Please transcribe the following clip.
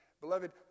Beloved